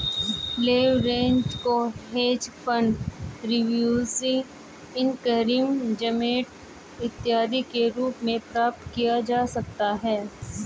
leverage को hedge fund revenue increment इत्यादि के रूप में प्राप्त किया जा सकता है